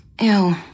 Ew